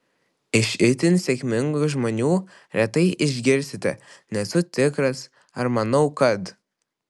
iš itin sėkmingų žmonių retai išgirsite nesu tikras ar manau kad